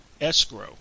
escrow